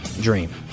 dream